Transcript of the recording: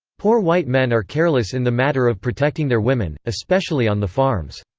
poor white men are careless in the matter of protecting their women, especially on the farms.